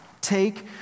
Take